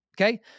Okay